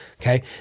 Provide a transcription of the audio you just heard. okay